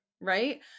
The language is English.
right